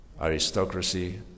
aristocracy